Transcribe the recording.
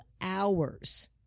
hours